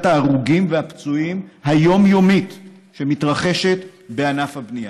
ההרוגים והפצועים היומיומית שמתרחשת בענף הבנייה.